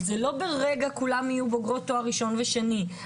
לא ברגע כולן יהיו בוגרות תואר ראשון ושני,